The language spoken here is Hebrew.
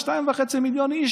2.5 מיליון איש,